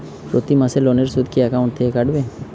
প্রতি মাসে লোনের সুদ কি একাউন্ট থেকে কাটবে?